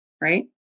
right